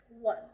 one